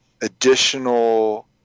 additional